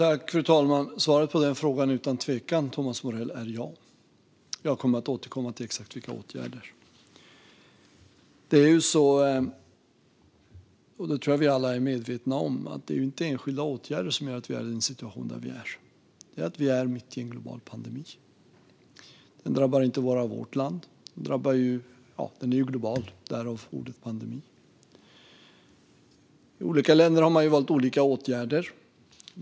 Fru talman! Svaret på frågan, Thomas Morell, är utan tvekan ja. Jag kommer att återkomma till exakt vilka åtgärder det handlar om. Jag tror att vi alla är medvetna om att det inte är enskilda åtgärder som gör att vi befinner oss i den situation som vi gör. Det beror på att vi är mitt i en global pandemi. Den drabbar inte bara vårt land; den är ju global, därav ordet pandemi. I olika länder har man valt olika åtgärder.